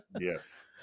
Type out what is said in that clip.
Yes